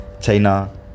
china